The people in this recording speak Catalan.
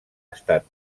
estat